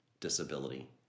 disability